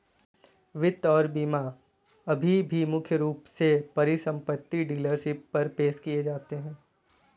वित्त और बीमा अभी भी मुख्य रूप से परिसंपत्ति डीलरशिप पर पेश किए जाते हैं